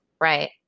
right